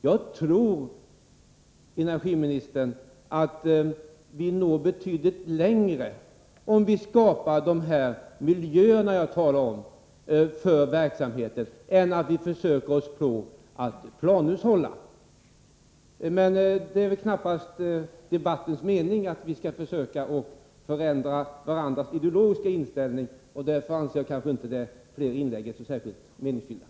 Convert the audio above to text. Jag tror, energiministern, att vi når betydligt längre om vi skapar de miljöer som jag talade om för verksamheten än om vi försöker oss på att planhushålla. Men det är väl knappast meningen med den här debatten att vi skall försöka förändra varandras ideologiska inställning. Därför anser jag att några fler inlägg kanske inte är så särskilt meningsfulla.